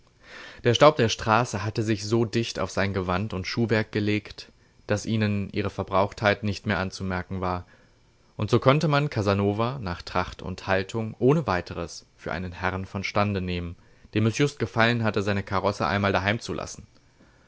der staub der straße hatte sich so dicht auf sein gewand und schuhwerk gelegt daß ihnen ihre verbrauchtheit nicht mehr anzumerken war und so konnte man casanova nach tracht und haltung ohne weiteres für einen herrn von stande nehmen dem es just gefallen hatte seine karosse einmal daheim zu lassen